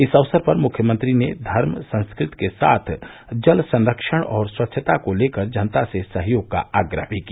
इस अवसर पर मुख्यमंत्री ने धर्म संस्कृति के साथ जल संरक्षण और स्वच्छता को लेकर जनता से सहयोग का आग्रह भी किया